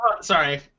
Sorry